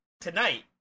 tonight